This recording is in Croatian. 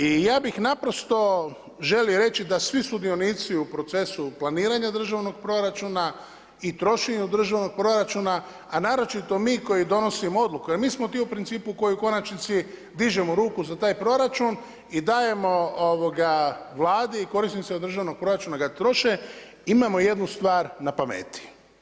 I ja bih naprosto želio reći da svi sudionici u procesu planiranja državnog proračuna i trošenju državnog proračuna, a naročito mi koji donosimo odluke jer mi smo ti u principu koji u konačnici dižemo ruku za taj proračun i dajemo Vladi i korisnicima državnog proračuna da ga troše, imamo jednu stvar na pameti.